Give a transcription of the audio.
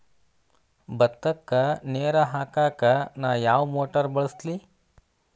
ಭತ್ತಕ್ಕ ನೇರ ಹಾಕಾಕ್ ನಾ ಯಾವ್ ಮೋಟರ್ ಬಳಸ್ಲಿ?